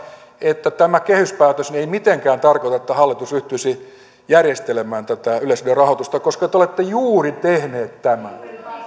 että tämä kehyspäätös ei mitenkään tarkoita että hallitus ryhtyisi järjestelemään tätä yleisradion rahoitusta koska te olette juuri tehneet tämän